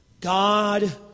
God